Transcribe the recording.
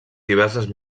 diverses